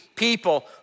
people